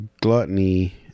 gluttony